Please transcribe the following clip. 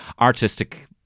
artistic